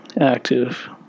active